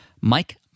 Mike